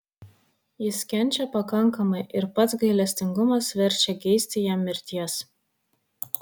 jis kenčia pakankamai ir pats gailestingumas verčia geisti jam mirties